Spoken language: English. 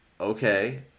okay